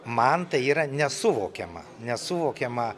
man tai yra nesuvokiama nesuvokiama